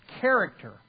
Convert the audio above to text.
character